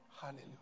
Hallelujah